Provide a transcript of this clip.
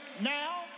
now